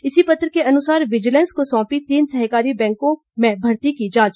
इसी पत्र के अनुसार विजीलैंस को सौंपी तीन सहकारी बैंकों में भर्ती की जांच